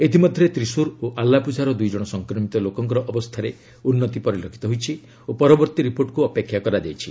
ଇତିମଧ୍ୟରେ ତ୍ରିଶୁର ଓ ଆଲାପୁଝାର ଦୁଇ ଜଣ ସଂକ୍ରମିତ ଲୋକଙ୍କର ଅବସ୍ଥାରେ ଉନ୍ନତି ପରିଲକ୍ଷିତ ହୋଇଛି ଓ ପରବର୍ତ୍ତୀ ରିପୋର୍ଟକୁ ଅପେକ୍ଷା କରାଯାଇଛି